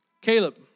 Caleb